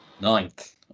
Ninth